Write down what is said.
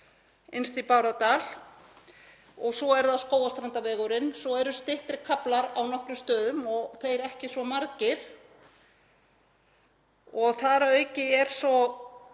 innst í Bárðardal, og svo er það Skógarstrandarvegurinn. Svo eru styttri kaflar á nokkrum stöðum og þeir ekki svo margir. Þar að auki er svo